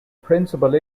principal